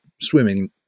swimming